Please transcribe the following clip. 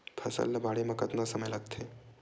फसल ला बाढ़े मा कतना समय लगथे?